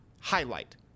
highlight